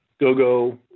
GOGO